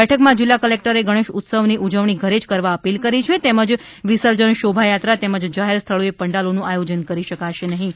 બેઠકમાં જીલ્લા કલેકટરે ગણેશ ઉત્સવની ઉજવણી ઘરે જ કરવા અપીલ કરી હતી તેમજ વિસર્જન શોભાયાત્રા તેમજ જાહેર સ્થળોએ પંડાલોનું આયોજન કરી શકાશે નહિં